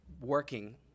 working